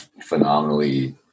phenomenally